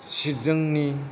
जोंनि